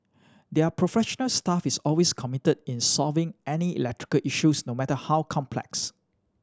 their professional staff is always committed in solving any electrical issue no matter how complex